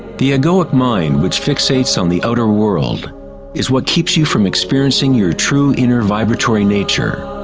the egoic mind which fixates on the outer world is what keeps you from experiencing your true inner vibratory nature.